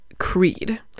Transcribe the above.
creed